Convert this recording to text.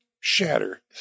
Shatter